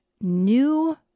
new